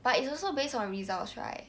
but it's also based on results right